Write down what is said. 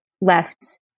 left